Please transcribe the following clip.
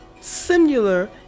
similar